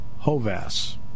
Hovas